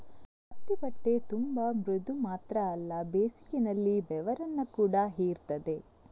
ಹತ್ತಿ ಬಟ್ಟೆ ತುಂಬಾ ಮೃದು ಮಾತ್ರ ಅಲ್ಲ ಬೇಸಿಗೆನಲ್ಲಿ ಬೆವರನ್ನ ಕೂಡಾ ಹೀರ್ತದೆ